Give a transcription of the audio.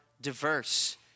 diverse